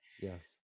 Yes